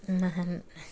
महान